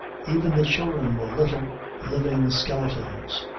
even the children were little living skeletons,